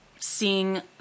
seeing